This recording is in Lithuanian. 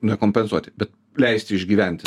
nekompensuoti bet leisti išgyventi